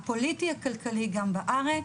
הפוליטי הכלכלי גם בארץ,